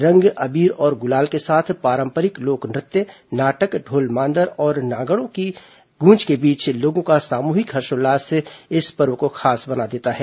रंग अबीर और गुलाल के साथ पारंपरिक लोक नृत्य नाटक ढोल मांदर और नगाड़ों की गूंज के बीच लोगों का सामूहिक हर्षोल्लास इस पर्व को खास बना देता है